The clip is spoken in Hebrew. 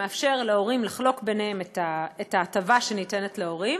שמאפשר להורים לחלוק ביניהם את ההטבה שניתנת להורים,